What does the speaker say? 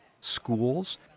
schools